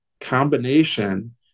combination